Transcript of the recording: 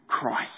Christ